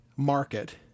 market